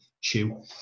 chew